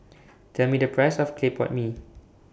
Tell Me The Price of Clay Pot Mee